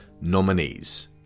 nominees